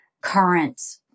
current